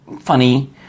funny